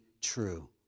true